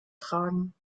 tragen